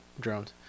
drones